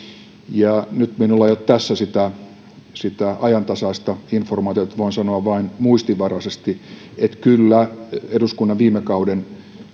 nyt minulla ei ole tässä sitä ajantasaista informaatiota niin että voin sanoa vain muistinvaraisesti että kyllä eduskunnan viime kauden